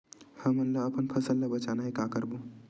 हमन ला अपन फसल ला बचाना हे का करबो?